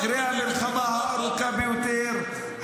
אחרי המלחמה הארוכה ביותר,